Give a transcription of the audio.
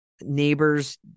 neighbors